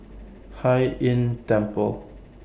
Hai Inn Temple